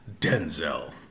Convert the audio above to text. denzel